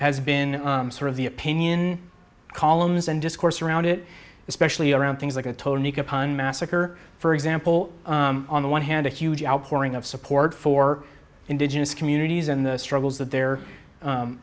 has been sort of the opinion columns and discourse around it especially around things like a total massacre for example on the one hand a huge outpouring of support for indigenous communities and the struggles that they're u